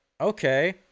Okay